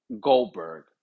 Goldberg